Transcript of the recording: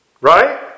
Right